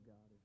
God